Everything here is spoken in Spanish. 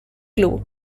club